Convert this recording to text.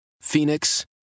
Phoenix